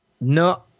no